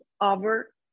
over